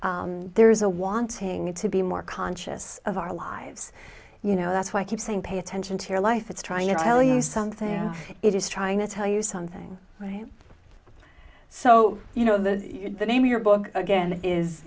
is there is a wanting to be more conscious of our lives you know that's why i keep saying pay attention to your life it's trying to tell you something it is trying to tell you something right so you know the name of your book again is